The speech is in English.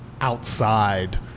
outside